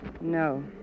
No